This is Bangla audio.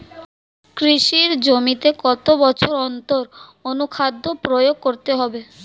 কৃষি জমিতে কত বছর অন্তর অনুখাদ্য প্রয়োগ করতে হবে?